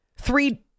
Three